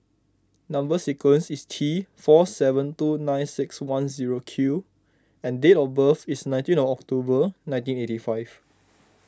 Number Sequence is T four seven two nine six one zero Q and date of birth is nineteen of October nineteen eighty five